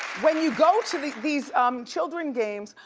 when you go to these these um children games,